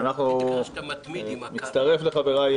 אני מצטרף לחבריי,